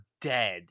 dead